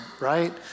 right